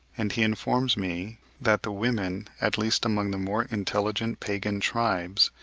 and he informs me that the women, at least among the more intelligent pagan tribes,